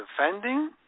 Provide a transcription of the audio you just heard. defending